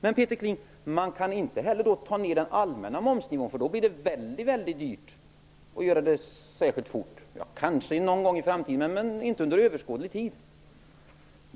Men man kan inte få ned den allmänna momsnivån, eller göra det särskilt fort, eftersom det blir väldigt dyrt -- kanske någon gång i framtiden, men inte inom överskådlig tid.